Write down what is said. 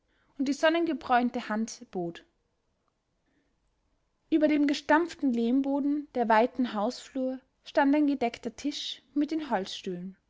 und die sonnengebräunte hand bot über dem gestampften lehmboden der weiten hausflur stand ein gedeckter tisch mit den holzstühlen